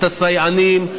את הסייענים,